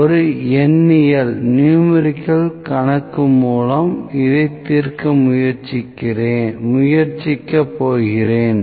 ஒரு எண்ணியல் கணக்கு மூலம் இதை தீர்க்க முயற்சிக்க போகிறேன்